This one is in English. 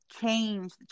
change